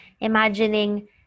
Imagining